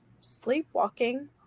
sleepwalking